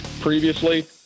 previously